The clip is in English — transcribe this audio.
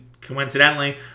coincidentally